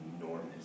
enormous